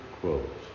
quote